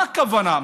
מה הכוונה?